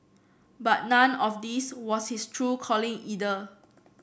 but none of this was his true calling either